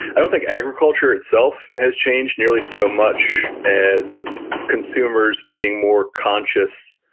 i don't think agriculture itself has changed nearly so much as consumers being more conscious,